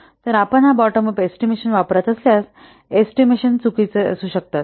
तर आपण हा बॉटम अप एस्टिमेशन वापरत असल्यास एस्टिमेशन चुकीचा असू शकतो